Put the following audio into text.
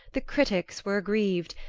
the critics were aggrieved.